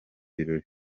birori